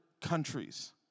countries